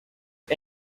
are